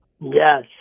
yes